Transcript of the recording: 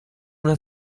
una